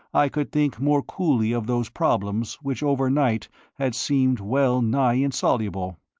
i could think more coolly of those problems which overnight had seemed well-nigh insoluble.